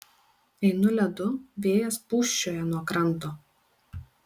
einu ledu vėjas pūsčioja nuo kranto